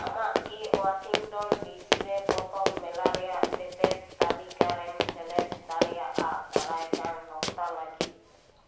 ᱟᱢᱟᱜ ᱠᱤ Washington D C ᱨᱮ ᱯᱚᱛᱚᱵ ᱢᱮᱞᱟ ᱨᱮᱭᱟᱜ ᱛᱮᱛᱮᱫ ᱛᱟᱹᱞᱤᱠᱟᱨᱮᱢ ᱥᱮᱞᱮᱫ ᱫᱟᱲᱮᱭᱟᱜᱼᱟ ᱫᱟᱨᱟᱭ ᱠᱟᱱ ᱦᱟᱯᱛᱟ ᱞᱟᱹᱜᱤᱫ